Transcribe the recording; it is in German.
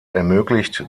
ermöglicht